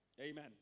Amen